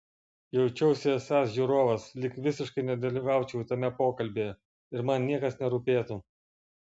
jaučiausi esąs žiūrovas lyg visiškai nedalyvaučiau tame pokalbyje ir man niekas nerūpėtų